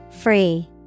Free